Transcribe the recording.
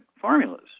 formulas